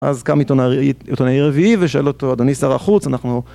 אז קם עיתונאי, עיתונאי רביעי ושאל אותו, אדוני שר החוץ, אנחנו...